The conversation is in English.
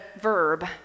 verb